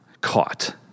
caught